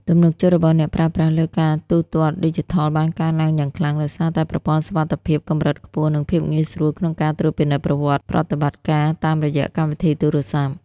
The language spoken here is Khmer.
ទំនុកចិត្តរបស់អ្នកប្រើប្រាស់លើការទូទាត់ឌីជីថលបានកើនឡើងយ៉ាងខ្លាំង ដោយសារតែប្រព័ន្ធសុវត្ថិភាពកម្រិតខ្ពស់ និងភាពងាយស្រួលក្នុងការត្រួតពិនិត្យប្រវត្តិប្រតិបត្តិការតាមរយៈកម្មវិធីទូរស័ព្ទ។